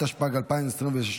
התשפ"ג 2022,